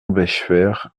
bechefer